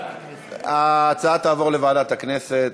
ההצעה תועבר לוועדת הכנסת,